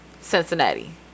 Cincinnati